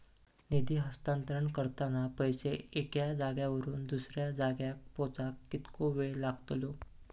निधी हस्तांतरण करताना पैसे एक्या जाग्यावरून दुसऱ्या जाग्यार पोचाक कितको वेळ लागतलो?